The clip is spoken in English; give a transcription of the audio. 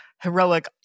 heroic